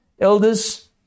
Elders